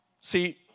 See